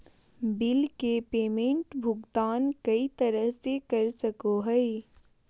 bill के payment भुगतान कई तरह से कर सको हइ